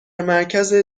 مرکز